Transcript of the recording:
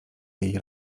jej